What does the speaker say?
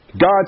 God